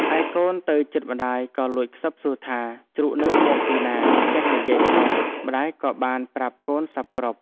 ឯកូនទៅជិតម្ដាយក៏លួចខ្សឹបសួរថា ជ្រូកហ្នឹងមកពីណា ចេះនិយាយផង? ម្ដាយក៏បានប្រាប់កូនសព្វគ្រប់។